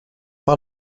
par